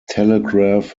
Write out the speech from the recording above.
telegraph